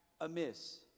amiss